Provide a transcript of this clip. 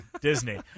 Disney